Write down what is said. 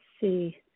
see